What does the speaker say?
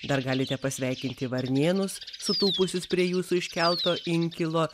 dar galite pasveikinti varnėnus sutūpusius prie jūsų iškelto inkilo